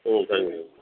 ம் thank you sir